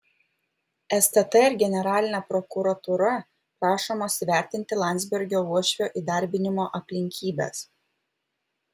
stt ir generalinė prokuratūra prašomos įvertinti landsbergio uošvio įdarbinimo aplinkybes